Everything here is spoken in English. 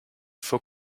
for